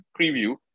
preview